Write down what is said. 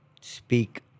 speak